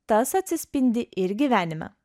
tas atsispindi ir gyvenime